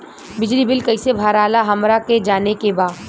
बिजली बिल कईसे भराला हमरा के जाने के बा?